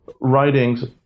writings